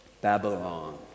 Babylon